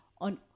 on